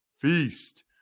feast